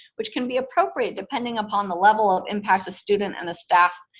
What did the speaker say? which can be appropriate depending upon the level of impact the student and the staff,